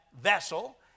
vessel